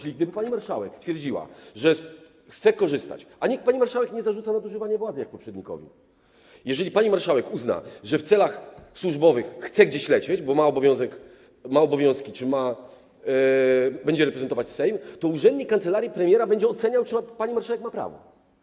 A więc gdyby pani marszałek stwierdziła, że chce z tego skorzystać, a nikt pani marszałek nie zarzuca nadużywania władzy jak poprzednikowi, jeżeli pani marszałek uznałaby, że w celach służbowych chce gdzieś lecieć, bo ma takie obowiązki, będzie reprezentować Sejm, to urzędnik kancelarii premiera będzie oceniał, czy pani marszałek ma prawo.